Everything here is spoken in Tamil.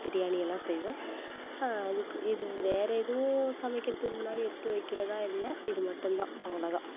பிரியாணியெல்லாம் செய்வேன் அதுக்கு இது வேற எதுவும் சமைக்கிறதுக்கு முன்னாடி எடுத்து வைக்கிறதாக இல்லை இது மட்டுந்தான் அவ்வளோ தான்